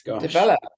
develop